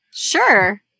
Sure